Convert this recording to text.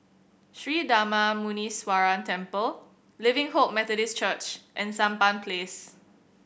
Sri Darma Muneeswaran Temple Living Hope Methodist Church and Sampan Place